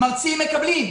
מרצים מקבלים,